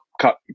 cut